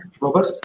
Robert